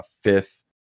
fifth